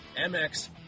MX